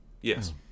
yes